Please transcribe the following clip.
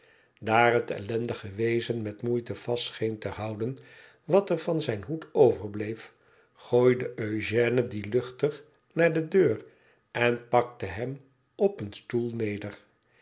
daar het ellendige wezen met moeite vast scheen te houden wat er van zijn hoed overbleef gooide eugène dien luchtig naar de deur en plakte hem op een stoel neder